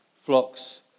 flocks